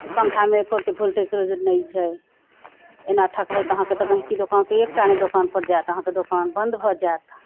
एहि पङ्खामे एको रति वोल्टेज तोल्टेज नहि छै एना ठकबै तऽ अहाँकेँ तऽ गैहकी दोकान पर एकटा नहि दोकान पर जायत अहाँकेँ दोकान बन्द भऽ जायत